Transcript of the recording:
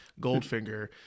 goldfinger